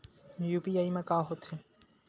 UPI मा का होथे?